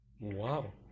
Wow